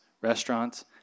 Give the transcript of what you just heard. restaurants